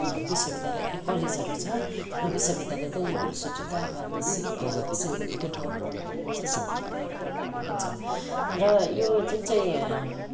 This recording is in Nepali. विश्वविद्यालय ए कलेजहरू छ र विश्वविद्यालय त युनिभर्सिटी त अब हामी सिक् सिलगढीमै गएर पढ्नुपर्ने हुन्छ सिक्किममा गएर पढ्नुपर्ने हुन्छ र यो जुन चाहिँ